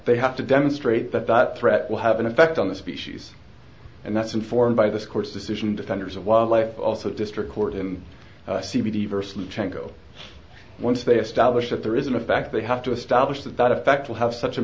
they have to demonstrate that that threat will have an effect on the species and that's informed by this court's decision defenders of wildlife also district court in c b d versus go once they establish that there isn't a fact they have to establish that that effect will have such a